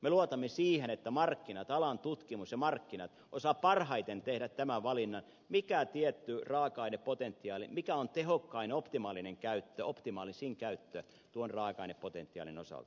me luotamme siihen että markkinat alan tutkimus ja markkinat osaa parhaiten tehdä tämän valinnan mikä on tietty raaka ainepotentiaali ja mikä on tehokkain optimaalinen käyttö optimaalisin käyttö tuon raaka ainepotentiaalin osalta